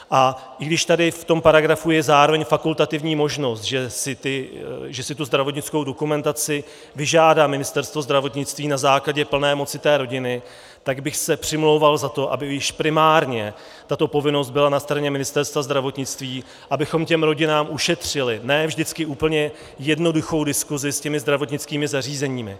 A i když tady v tom paragrafu je zároveň fakultativní možnost, že si zdravotnickou dokumentaci vyžádá Ministerstvo zdravotnictví na základě plné moci té rodiny, tak bych se přimlouval za to, aby již primárně tato povinnost byla na straně Ministerstva zdravotnictví, abychom těm rodinám ušetřili ne vždycky úplně jednoduchou diskusi se zdravotnickými zařízeními.